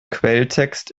quelltext